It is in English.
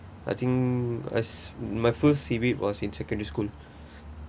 I think as my first seaweed was in secondary school